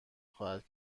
خواهد